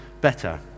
better